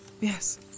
Yes